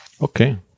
Okay